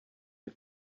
and